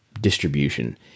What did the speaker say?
distribution